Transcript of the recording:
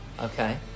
Okay